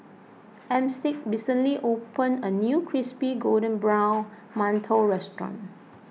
Armstead recently open a new Crispy Golden Brown Mantou restaurant